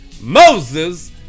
Moses